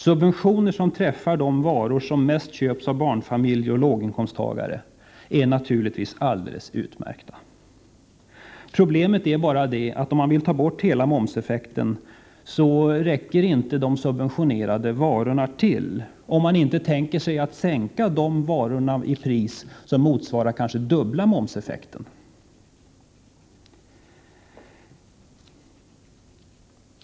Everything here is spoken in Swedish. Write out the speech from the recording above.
Subventioner som träffar de varor som mest köps av barnfamiljer och låginkomsttagare är naturligtvis alldeles utmärkta. Problemet är bara, att om man vill ta bort hela momseffekten, räcker inte de subventionerade varorna till — om man inte tänker sig sänka dessa varors pris, så att det motsvarar kanske dubbla momseffekten.